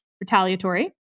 retaliatory